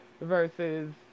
versus